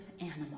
animal